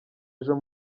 ejo